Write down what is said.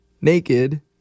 naked